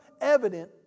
evident